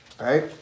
right